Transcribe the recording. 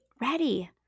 ready